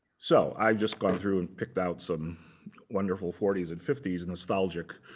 so i've just gone through and picked out some wonderful forty s and fifty s nostalgic